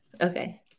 Okay